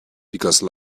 because